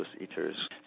eaters